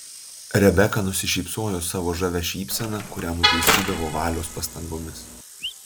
rebeka nusišypsojo savo žavia šypsena kurią nutaisydavo valios pastangomis